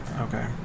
Okay